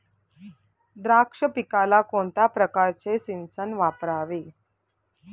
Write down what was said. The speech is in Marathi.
द्राक्ष पिकाला कोणत्या प्रकारचे सिंचन वापरावे?